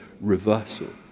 reversal